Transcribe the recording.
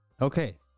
okay